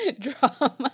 drama